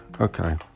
Okay